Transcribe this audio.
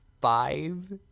five